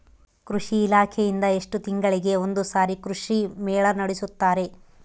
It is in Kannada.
ಕೃಷಿ ಇಲಾಖೆಯಿಂದ ಎಷ್ಟು ತಿಂಗಳಿಗೆ ಒಂದುಸಾರಿ ಕೃಷಿ ಮೇಳ ನಡೆಸುತ್ತಾರೆ?